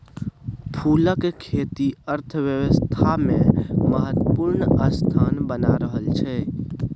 फूलक खेती अर्थव्यवस्थामे महत्वपूर्ण स्थान बना रहल छै